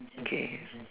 K